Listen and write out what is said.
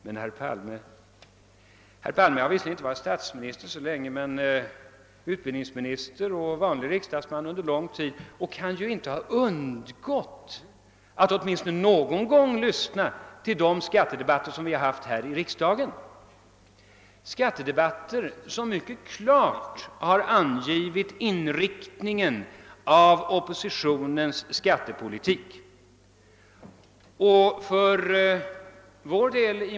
Herr Palme har visserligen inte varit statsminister så länge, men han har varit utbildningsminister och vanlig riksdagsman under lång tid och kan inte gärna ha undgått att åtminstone någon gång lyssna på de skattedebatter, som vi har haft här i riksdagen. De har mycket klart angivit inriktningen av oppositionens skattepolitik.